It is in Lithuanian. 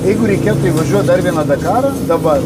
jeigu reikėtų įvažiuot dar vieną dakarą dabar